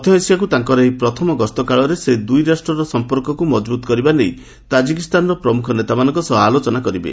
ମଧ୍ୟ ଏସିଆକୁ ତାଙ୍କର ଏହି ପ୍ରଥମ ଗସ୍ତକାଳରେ ସେ ଦୁଇ ରାଷ୍ଟ୍ରର ସମ୍ପର୍କକୁ ମଜବୁତ୍ କରିବା ନେଇ ତାଜିକିସ୍ତାନର ପ୍ରମୁଖ ନେତାମାନଙ୍କ ସହ ଆଲୋଚନା କରିବେ